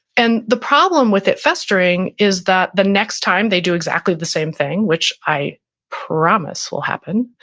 and the problem with it festering is that the next time they do exactly the same thing, which i promise will happen,